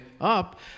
up